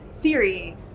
theory